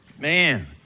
man